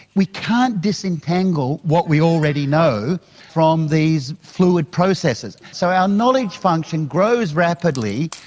we can't disentangle what we already know from these fluid processes. so our knowledge function grows rapidly,